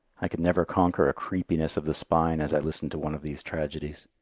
i can never conquer a creepiness of the spine as i listen to one of these tragedies.